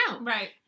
Right